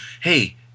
hey